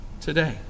today